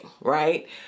right